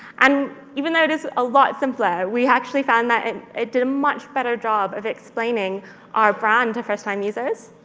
and even though it is a lot simpler, we actually found that and it did a much better job of explaining our brand to first-time users.